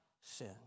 sin